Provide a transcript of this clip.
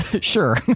Sure